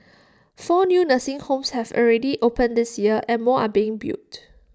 four new nursing homes have already opened this year and more are being built